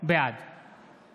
בעד